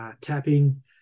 Tapping